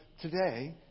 today